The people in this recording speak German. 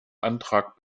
antrag